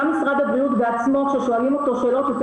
גם משרד הבריאות בעצמו כששואלים אותו שאלות יותר